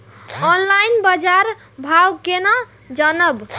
Online बाजार भाव केना जानब?